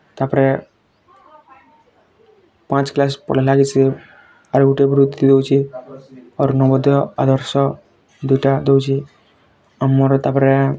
ତା'ପ୍ରେ ପାଞ୍ଚ କ୍ଲାସ୍ ପଢ଼ଲା କି ସେ' ଆଉ ଗୁଟେ ବୃତ୍ତି ଦେଉଛେ ନବୋଦୟ ଆଦର୍ଶ ଦୁଇଟା ଦେଉଛେ ଆଉ ମୋର୍ ତା'ପ୍ରେ